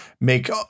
make